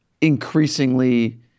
increasingly